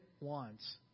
wants